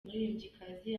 umuririmbyikazi